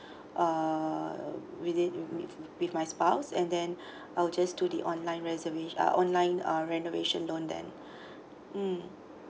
uh with with my spouse and then I'll just do the online reservation uh online renovation loan then mm